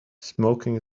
smoking